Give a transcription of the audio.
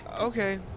Okay